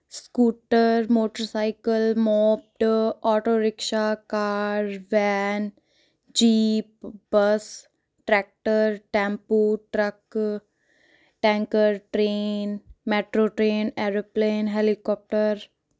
scooter motorcycle moped auto rickshaw car van jeep bus tractor tempo truck tanker train metro train aeroplane helicopter